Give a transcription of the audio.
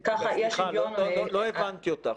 וככה אי השוויון --- סליחה, לא הבנתי אותך.